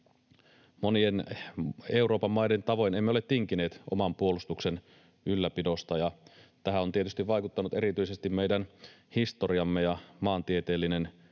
Monien Euroopan maiden tavoin emme ole tinkineet oman puolustuksen ylläpidosta, ja tähän ovat tietysti vaikuttaneet erityisesti meidän historiamme ja maantieteellinen